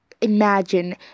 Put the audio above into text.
imagine